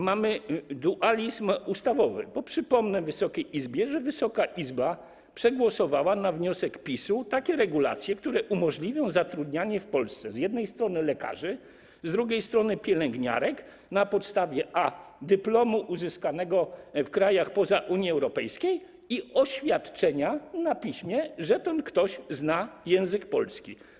Mamy dualizm ustawowy, bo przypomnę Wysokiej Izbie, że Wysoka Izba przegłosowała na wniosek PiS-u takie regulacje, które umożliwią zatrudnianie w Polsce z jednej strony lekarzy, z drugiej strony pielęgniarek na podstawie dyplomu uzyskanego w krajach spoza Unii Europejskiej i oświadczenia na piśmie, że ten ktoś zna język polski.